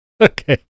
Okay